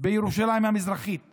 בירושלים המזרחית הכבושה,